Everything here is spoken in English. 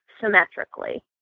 symmetrically